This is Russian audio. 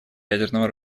ядерного